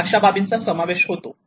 अशा बाबींचा समावेश होतो